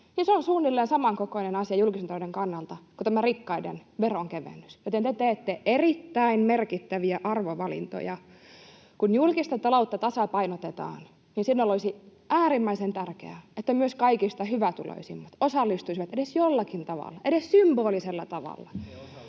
se on suunnilleen samankokoinen asia julkisen talouden kannalta kuin tämä rikkaiden veronkevennys, joten te teette erittäin merkittäviä arvovalintoja. Kun julkista taloutta tasapainotetaan, niin siinä olisi äärimmäisen tärkeää, että myös kaikista hyvätuloisimmat osallistuisivat edes jollakin tavalla, edes symbolisella tavalla,